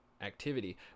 activity